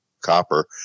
Copper